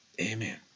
Amen